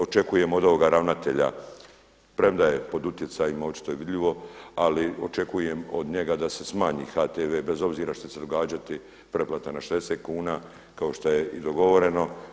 Očekujem od ovoga ravnatelja premda je pod utjecajima, očito je vidljivo, ali očekujem od njega da se smanji HTV bez obzira što će se događati pretplata na 60 kuna kao što je i dogovoreno.